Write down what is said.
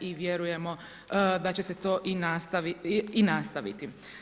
i vjerujemo da će se to i nastaviti.